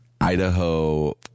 Idaho